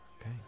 Okay